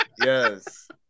Yes